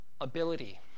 ability